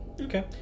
Okay